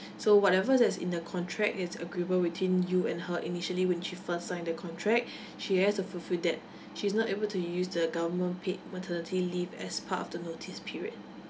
so whatever that's in the contract is agreeable between you and her initially when she first signed the contract she has to fulfill that she's not able to use the government paid maternity leave as part of the notice period